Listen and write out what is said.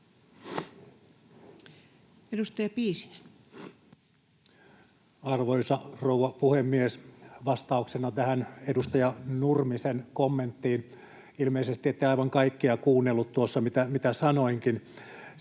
21:21 Content: Arvoisa rouva puhemies! Vastauksena tähän edustaja Nurmisen kommenttiin: Ilmeisesti ette aivan kaikkea kuunnellut, mitä tuossa sanoin.